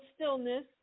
stillness